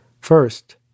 First